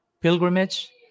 pilgrimage